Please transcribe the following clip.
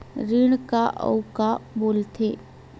ऋण का अउ का बोल थे?